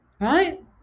right